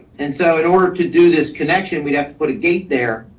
and so in order to do this connection, we'd have to put a gate there.